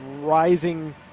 rising